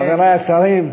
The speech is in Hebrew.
חברי השרים,